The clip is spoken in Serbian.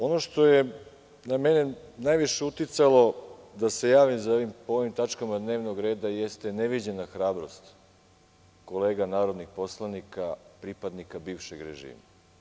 Ono što je na mene najviše uticalo da se javim po ovim tačkama dnevnog reda jeste neviđena hrabrost kolega narodnih poslanika pripadnika bivšeg režima.